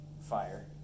Fire